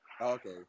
Okay